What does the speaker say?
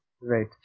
Right